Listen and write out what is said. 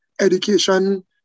Education